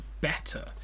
better